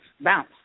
bounce